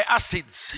acids